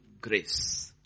grace